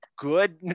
good